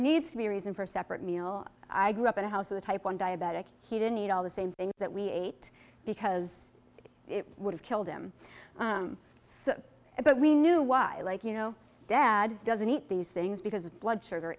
needs to be a reason for a separate meal i grew up in a house with a type one diabetic he didn't eat all the same things that we ate because it would have killed him so but we knew why like you know dad doesn't eat these things because of blood sugar